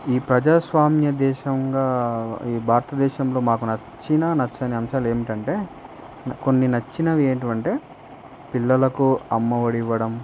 ఈ ప్రజాస్వామ్య దేశంగా ఈ భారతదేశంలో మాకు నచ్చిన నచ్చని అంశాలు ఏమిటి అంటే కొన్ని నచ్చినవి ఏమిటి అంటే పిల్లలకు అమ్మ ఒడి ఇవ్వడం